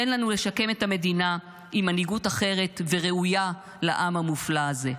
תן לנו לשקם את המדינה עם מנהיגות אחרת וראויה לעם המופלא הזה.